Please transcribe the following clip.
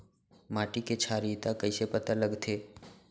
माटी के क्षारीयता कइसे पता लगथे?